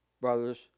brothers